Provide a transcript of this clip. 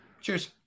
Cheers